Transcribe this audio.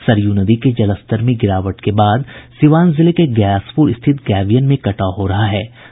सरयू नदी के जलस्तर में गिरावट के बाद सिवान जिले के ग्यासपुर स्थित गैवियन में कटाव हो रहा है है